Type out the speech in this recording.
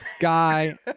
Guy